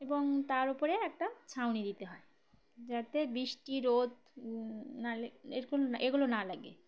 এবং তার উপরে একটা ছাউনি দিতে হয় যাতে বৃষ্টি রোদ না এরকো এগুলো না লাগে